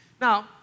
Now